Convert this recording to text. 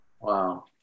Wow